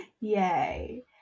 Yay